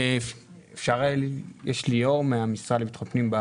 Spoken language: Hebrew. אפשר להעלות את ליאור מהמשרד לביטחון פנים.